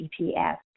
EPS